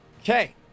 Okay